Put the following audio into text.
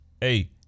Hey